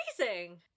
Amazing